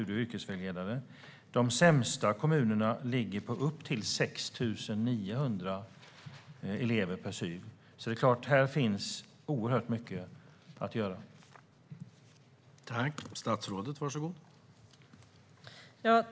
I de sämsta kommunerna går det upp till 6 900 elever per SYV. Här finns alltså mycket att göra.